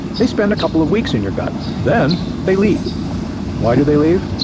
they spend a couple of weeks in your gut then they leave why do they leave?